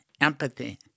empathy